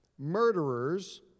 murderers